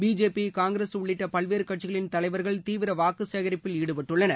BJP Congress உள்ளிட்ட பல்வேறு கட்சிகளின் தலைவர்கள் தீவிர வாக்கு சேகரிப்பில் ஈடுபட்டுள்ளனர்